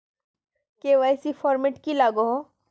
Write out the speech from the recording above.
KYC format की लागोहो?